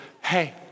hey